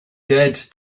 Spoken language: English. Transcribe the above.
dared